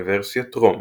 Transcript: אינוורסיית רום